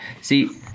See